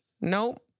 Nope